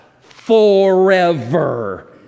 Forever